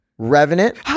Revenant